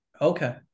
okay